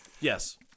Yes